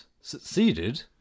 succeeded